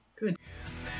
good